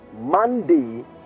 Monday